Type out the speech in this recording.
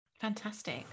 Fantastic